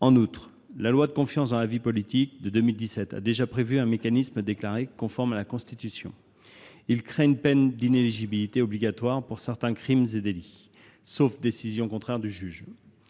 pour la confiance dans la vie politique a déjà prévu un mécanisme, déclaré conforme à la Constitution : l'instauration d'une peine d'inéligibilité obligatoire pour certains crimes et délits, sauf décision contraire du juge.